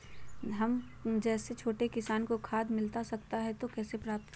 हम जैसे छोटे किसान को खाद मिलता सकता है तो कैसे प्राप्त करें?